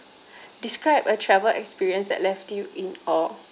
describe a travel experience that left you in awe